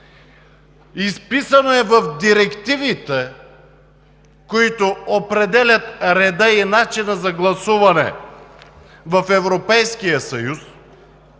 изписано е в директивите, които определят реда и начина за гласуване в Европейския съюз.